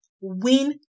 win